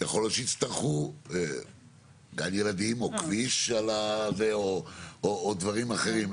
יכול להיות שיצטרכו גן ילדים או כביש על הזה או דברים אחרים.